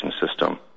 system